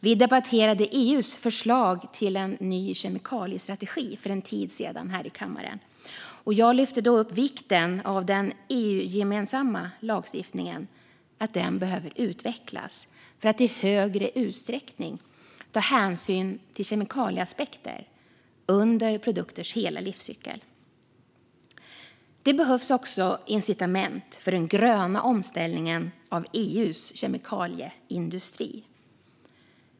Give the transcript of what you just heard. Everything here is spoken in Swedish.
Vi debatterade EU:s förslag till ny kemikaliestrategi för en tid sedan här i kammaren, och jag lyfte då upp vikten av att den EU-gemensamma lagstiftningen utvecklas för att i högre utsträckning ta hänsyn till kemikalieaspekter under produkters hela livscykel. Det behövs också incitament för den gröna omställningen av EU:s kemikalieindustri.